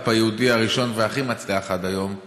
לסטרט-אפ היהודי הראשון והכי מצליח עד היום,